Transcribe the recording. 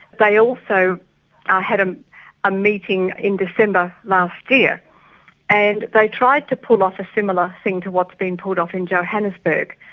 they also ah had um a meeting in december last year and they tried to pull off a similar thing to what's been pulled off in johannesburg,